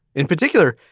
in particular,